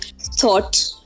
thought